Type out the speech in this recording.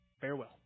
Farewell